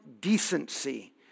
Decency